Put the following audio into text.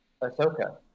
Ahsoka